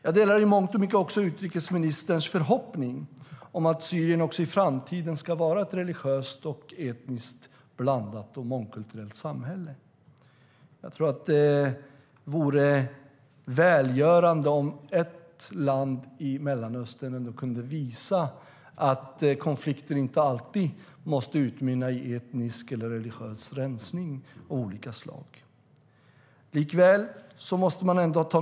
Jag delar i mångt och mycket även utrikesministerns förhoppning om att Syrien också i framtiden ska vara ett religiöst och etniskt blandat och mångkulturellt samhälle. Jag tror att det vore välgörande om ett land i Mellanöstern kunde visa att konflikter inte alltid måste utmynna i etnisk eller religiös rensning av olika slag.